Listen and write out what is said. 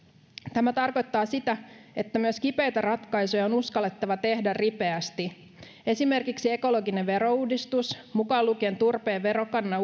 tämä tarkoittaa sitä että myös kipeitä ratkaisuja on uskallettava tehdä ripeästi esimerkiksi ekologinen verouudistus mukaan lukien turpeen verokannan